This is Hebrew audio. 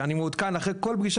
אני מעודכן אחרי כל פגישה,